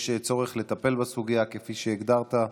יש צורך לטפל בסוגיה, כפי שהגדרת,